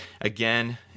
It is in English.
again